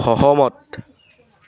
সহমত